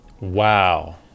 Wow